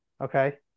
okay